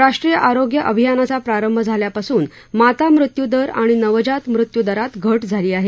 राष्ट्रीय आरोग्य अभियानाचा प्रारंभ झाल्यापासून माता मृत्यू दर आणि नवजात मृत्यूदरात घट झाली आहे